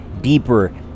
deeper